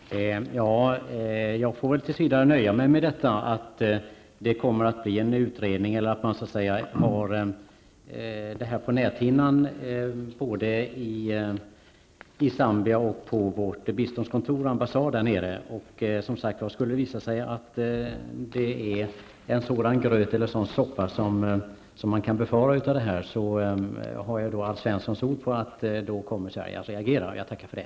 Herr talman! Jag får väl tills vidare nöja mig med att det kommer att bli en utredning och att man så att säga har detta på näthinnan både i Zambia och på vårt biståndskontor och vår ambassad där nere. Skulle det visa sig att det är fråga om en sådan soppa som man kan befara, har jag alltså Alf Svenssons ord på att Sverige kommer att reagera. Jag tackar för det.